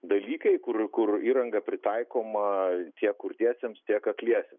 dalykai kur kur įranga pritaikoma tiek kurtiesiems tiek akliesiems